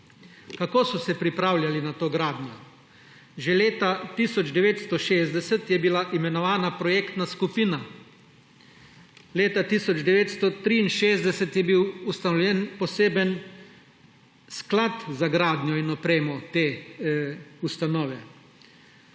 Kako so se pripravljali na to gradnjo? Že leta 1960 je bila imenovana projektna skupina. Leta 1963 je bil ustanovljen poseben sklad za gradnjo in opremo te ustanove.